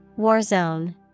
Warzone